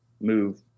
move